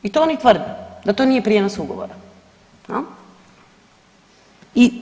I to oni tvrde, da to nije prijenos ugovora jel.